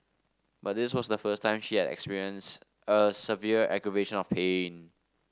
but this was the first time she had experienced a severe aggravation of pain